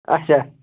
اَچھا